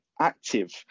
active